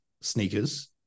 sneakers